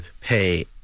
pay